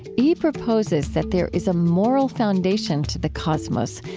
he proposes that there is a moral foundation to the cosmos,